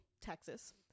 Texas